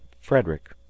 Frederick